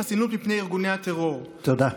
חסינות מפני הטרור -- תודה.